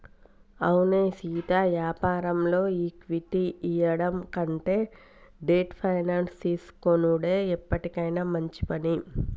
అవునే సీతా యాపారంలో ఈక్విటీ ఇయ్యడం కంటే డెట్ ఫైనాన్స్ తీసుకొనుడే ఎప్పటికైనా మంచి పని